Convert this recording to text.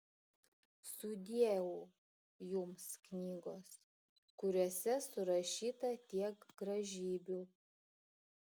sudieu jums knygos kuriose surašyta tiek gražybių